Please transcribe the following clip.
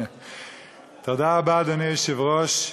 תודה רבה, אדוני היושב-ראש.